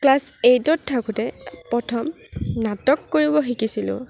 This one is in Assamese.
ক্লাছ এইটত থাকোঁতে প্ৰথম নাটক কৰিব শিকিছিলোঁ